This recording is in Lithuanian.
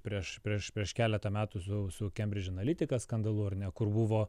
prieš prieš prieš keletą metų su su kembridž analitika skandalu ar ne kur buvo